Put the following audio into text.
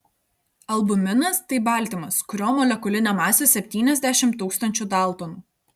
albuminas tai baltymas kurio molekulinė masė septyniasdešimt tūkstančių daltonų